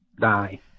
die